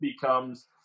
becomes